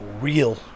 real